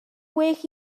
well